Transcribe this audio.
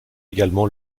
également